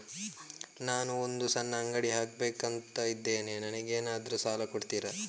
ನಾನು ಒಂದು ಸಣ್ಣ ಅಂಗಡಿ ಹಾಕಬೇಕುಂತ ಇದ್ದೇನೆ ನಂಗೇನಾದ್ರು ಸಾಲ ಕೊಡ್ತೀರಾ?